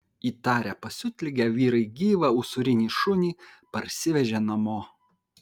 įtarę pasiutligę vyrai gyvą usūrinį šunį parsivežė namo